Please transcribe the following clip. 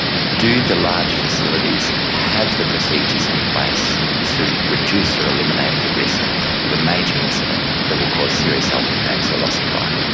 do the large facilities have the procedures in place to reduce or eliminate the risk of a major incident that will cause serious health impacts or loss of life?